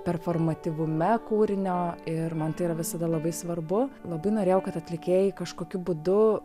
performatyvume kūrinio ir man tai yra visada labai svarbu labai norėjau kad atlikėjai kažkokiu būdu